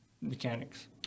mechanics